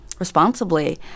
Responsibly